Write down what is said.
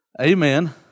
Amen